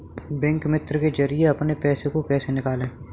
Bank मित्र के जरिए अपने पैसे को कैसे निकालें?